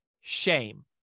Shame